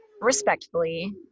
respectfully